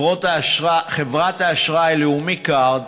חברת האשראי לאומי-קארד